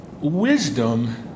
wisdom